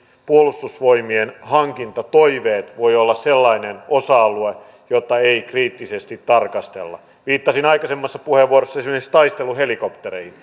puolustusvoimien hankintatoiveet voi olla sellainen osa alue jota ei kriittisesti tarkastella viittasin aikaisemmassa puheenvuorossani esimerkiksi taisteluhelikoptereihin